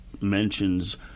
mentions